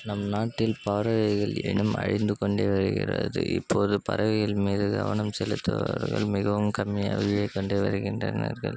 நம் நாட்டில் பறவைகள் இனம் அழிந்துக்கொண்டே வருகிறது இப்போது பறவைகள் மீது கவனம் செலுத்துபவர்கள் மிகவும் கம்மியாகவே கொண்டு வருக்கின்றனர்கள்